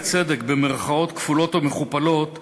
במירכאות כפולות ומכופלות,